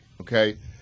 okay